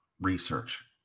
research